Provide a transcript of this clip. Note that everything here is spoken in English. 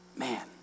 Man